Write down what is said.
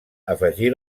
afegir